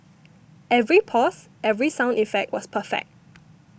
every pause every sound effect was perfect